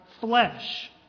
flesh